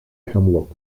hemlock